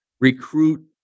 recruit